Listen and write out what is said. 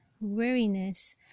weariness